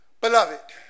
Beloved